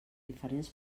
diferents